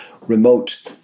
remote